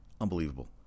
Unbelievable